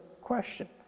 question